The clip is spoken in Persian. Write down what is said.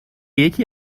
یکی